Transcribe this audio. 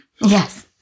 Yes